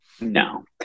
no